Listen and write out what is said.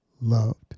loved